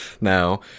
now